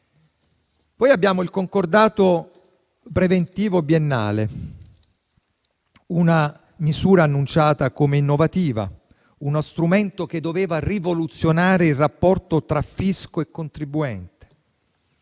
Vi è poi il concordato preventivo biennale: una misura annunciata come innovativa, uno strumento che doveva rivoluzionare il rapporto tra fisco e contribuente